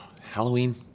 Halloween